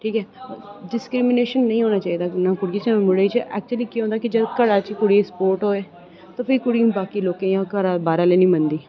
ठीक ऐ डिस्क्रिमिनेशन नेईं होना चाहिदा कुडियें च मुड़े च ऐक्चुअली केह् होंदा कि जेल्लै घरै च गै कुडियें गी स्पोर्ट होऐ ते फ्ही कुड़ियें गी बाकी लोकें घरै दे बाह्रे आह्लें गी नेईं मनदी